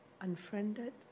unfriended